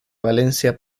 valencia